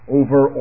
over